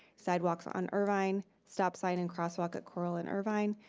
sidewalk on irvine. stop sign and crosswalk at coral and irvine.